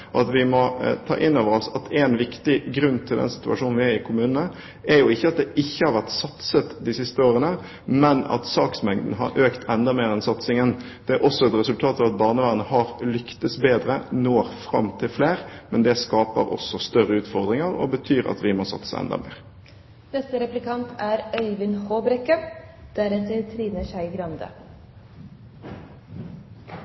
i barnevernet. Vi må ta inn over oss at en viktig grunn til den situasjonen vi er i i kommunene, ikke er at det ikke har vært satset de siste årene, men at saksmengden har økt enda mer enn satsingen. Det er også et resultat av at barnevernet har lyktes bedre, og når fram til flere. Men det skaper også større utfordringer, og betyr at vi må satse enda mer. Det er